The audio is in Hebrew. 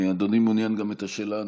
אדוני מעוניין לשמוע גם את השאלה הנוספת,